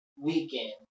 weekend